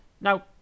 Now